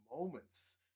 moments